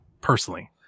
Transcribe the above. personally